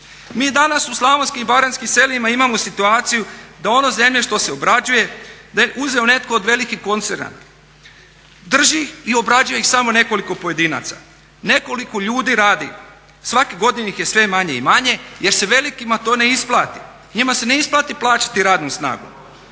Mi danas u slavonskim i baranjskim selima imamo situaciju da ono zemlje što se obrađuje da je uzeo netko od velikih koncerna, drži ih i obrađuje ih samo nekoliko pojedinaca, nekoliko ljudi radi. Svake godine ih je sve manje i manje jer se velikima to ne isplati. Njima se ne isplati plaćati radnu snagu.